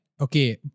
okay